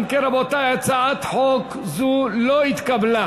אם כן, רבותי, הצעת חוק זו לא התקבלה.